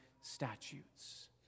statutes